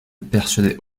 persuadait